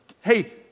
hey